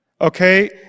Okay